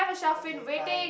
okay fine